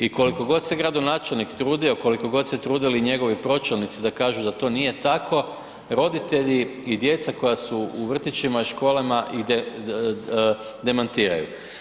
I koliko god se gradonačelnik trudio, koliko god se trudili i njegovi pročelnici da kažu da to nije tako, roditelji i djeca koja su u vrtićima i školama ih demantiraju.